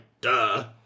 duh